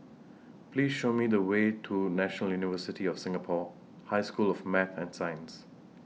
Please Show Me The Way to National University of Singapore High School of Math and Science